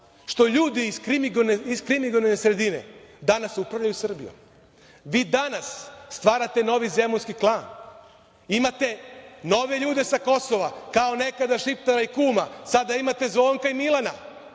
Što ljudi iz kriminogene sredine danas upravljaju Srbijom. Vi danas stvarate20/2 TĐ/CGnovi zemunski klan. Imate nove ljude sa Kosova, kao nekada Šiptara i Kuma, a sada imate Zvonka i Milana,